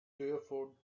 therefore